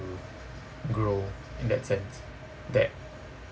to grow in that sense that